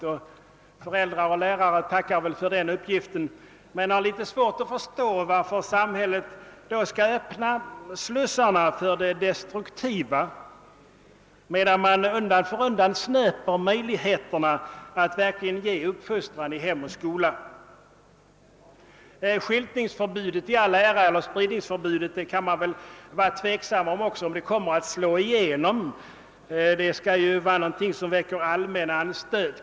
Föräldrar och lärare tackar väl för den uppgiften men har litet svårt att förstå varför samhället då skall öppna slussarna för det destruktiva, medan man undan för undan snöper möjligheterna att verkligen ge uppfostran i hem och skola. Skyltningsförbudet eller spridningsförbudet i all ära, men man kan vara tveksam huruvida det kommer att slå igenom. Det skall ju vara fråga om någonting som väcker »allmän anstöt«.